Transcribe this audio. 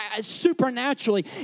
supernaturally